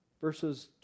Verses